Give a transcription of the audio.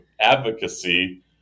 advocacy